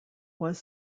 was